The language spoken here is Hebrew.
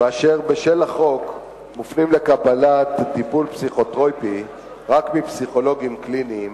ואשר בשל החוק מופנים לקבלת טיפול פסיכותרפויטי רק מפסיכולוגים קליניים